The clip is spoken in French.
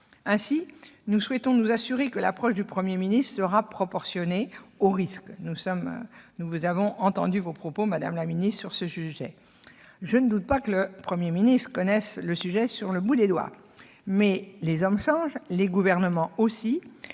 Ainsi, nous souhaitons nous assurer que l'approche du Premier ministre sera proportionnée aux risques. Nous avons entendu vos propos sur ce sujet, madame la secrétaire d'État, et je ne doute pas que le Premier ministre connaisse le sujet sur le bout des doigts, mais, si les hommes et les gouvernements